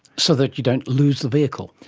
so that you don't lose the vehicle?